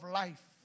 life